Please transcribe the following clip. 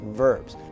verbs 。